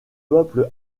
peuple